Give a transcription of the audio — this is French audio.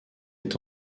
est